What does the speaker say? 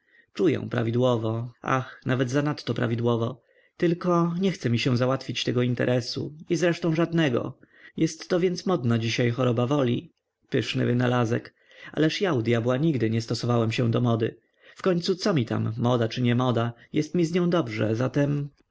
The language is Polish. czuję prawidłowo ach nawet zanadto prawidłowo tylko nie chce mi się załatwić tego interesu i zresztą żadnego jestto więc modna dzisiaj choroba woli pyszny wynalazek ależ ja u dyabła nigdy nie stosowałem się do mody wkońcu co mi tam moda czy nie moda jest mi z nią dobrze zatem